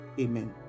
Amen